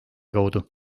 kaudu